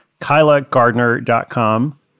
KylaGardner.com